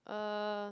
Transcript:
uh